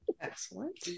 Excellent